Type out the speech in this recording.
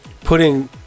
Putting